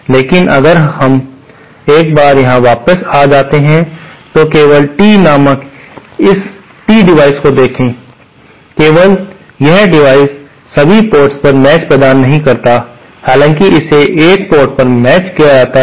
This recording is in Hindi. लेकिन अगर हम एक बार यहां वापस जा सकते हैं तो केवल टी नामक इस टी डिवाइस को देखें केवल यह डिवाइस सभी पोर्ट पर मेचड़ प्रदान नहीं करता है हालांकि इसे एक पोर्ट पर मेचड़ किया जा सकता है